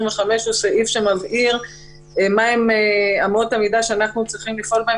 הוא סעיף שמבהיר מה הן אמות המידה שאנחנו צריכים לפעול בהן